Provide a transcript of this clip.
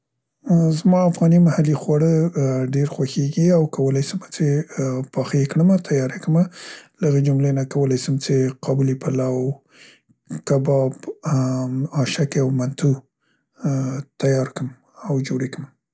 زما افغاني محلي خواړه ډیر خوښیګي او کولای سم څې پاخه یې کړمه او تیار یې کمه. له هغې جملې نه کولای سم څې قابلي پلو، کباب، ا م اشکې او منتو ا تیار کم او جوړ یې کړمه.